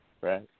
right